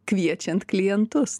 kviečiant klientus